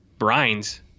Brines